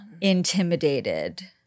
intimidated